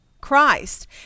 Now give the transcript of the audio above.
Christ